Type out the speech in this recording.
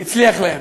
הצליח להם.